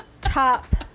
top